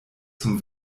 zum